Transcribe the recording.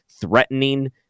threatening